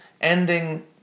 ending